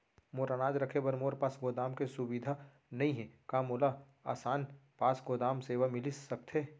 मोर अनाज रखे बर मोर पास गोदाम के सुविधा नई हे का मोला आसान पास गोदाम सेवा मिलिस सकथे?